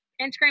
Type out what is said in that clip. Instagram